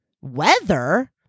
Weather